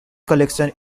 collection